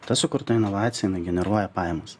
ta sukurta inovacija jinai generuoja pajamas